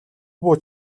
буу